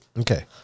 Okay